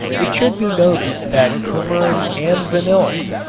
it should be noted that cumarin and vanillin,